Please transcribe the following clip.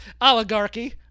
oligarchy